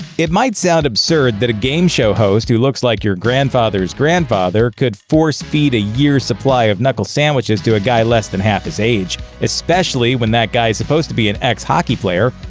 it might sound absurd that a game show host who looks like your grandfather's grandfather could force-feed a year's supply of knuckle sandwiches to a guy less than half his age, especially when that guy's supposed to be an ex-hockey player.